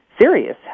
serious